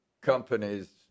companies